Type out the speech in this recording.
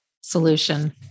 solution